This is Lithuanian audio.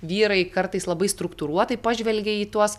vyrai kartais labai struktūruotai pažvelgia į tuos